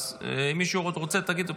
אם עוד מישהו רוצה, תגידו.